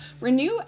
renew